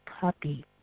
puppy